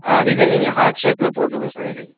ஆ design நீங்கள் heart ஷேப்பில் போட்ருங்க சார் எனக்கு